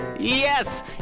Yes